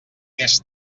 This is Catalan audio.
més